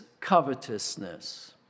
covetousness